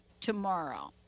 tomorrow